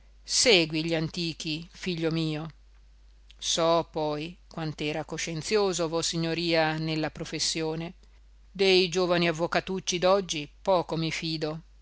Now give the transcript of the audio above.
segui gli antichi figlio mio so poi quant'era coscienzioso vossignoria nella professione dei giovani avvocatucci d'oggi poco mi fido